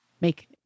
make